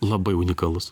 labai unikalus